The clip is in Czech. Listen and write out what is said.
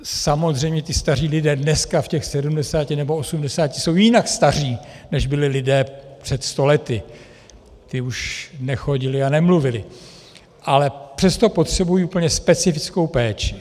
Samozřejmě ti staří lidí dneska v těch sedmdesáti nebo osmdesáti jsou jinak staří, než byli lidé před sto lety ti už nechodili a nemluvili , ale přesto potřebují úplně specifickou péči.